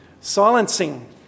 silencing